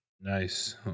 Nice